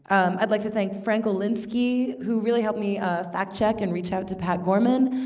i'd like to thank frank olinsky who really helped me ah fact check and reach out to pat gorman.